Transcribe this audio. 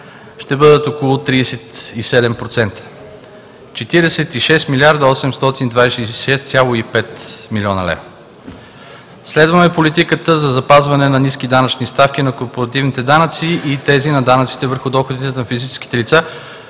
ще бъдат около 37% – 46 млрд. 826,5 млн. лв. Следваме политиката за запазване на ниски данъчни ставки на корпоративните данъци и тези на данъците върху доходите на физическите лица,